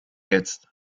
jetzt